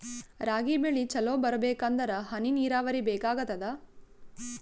ರಾಗಿ ಬೆಳಿ ಚಲೋ ಬರಬೇಕಂದರ ಹನಿ ನೀರಾವರಿ ಬೇಕಾಗತದ?